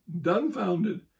dumbfounded